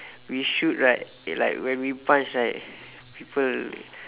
we should right like when we punch right people